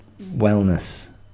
wellness